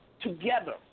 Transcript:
together